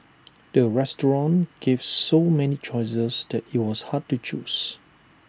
the restaurant gave so many choices that IT was hard to choose